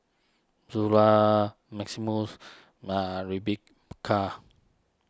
Zula Maximus Rebekah